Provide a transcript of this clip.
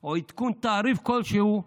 או עדכון תעריף כלשהו,